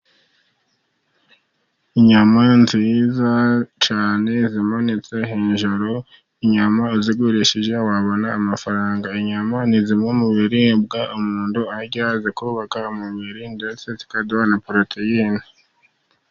Inyama nziza cyane zimanitse hejuru. Inyama uzigurishije wabona amafaranga. Inyama ni zimwe mu biribwa umuntu arya zikubaka umubiri, ndetse zikaduha na poroteyine.